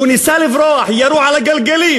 הוא ניסה לברוח, ירו בגלגלים,